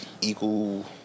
equal